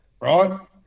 right